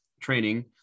training